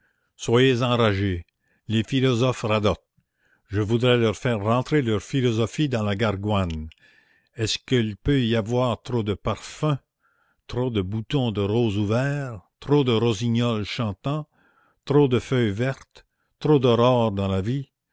soyez enragés les philosophes radotent je voudrais leur faire rentrer leur philosophie dans la gargoine est-ce qu'il peut y avoir trop de parfums trop de boutons de rose ouverts trop de rossignols chantants trop de feuilles vertes trop d'aurore dans la vie